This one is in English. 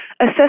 assess